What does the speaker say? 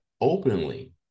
openly